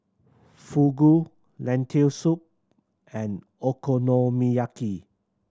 Fugu Lentil Soup and Okonomiyaki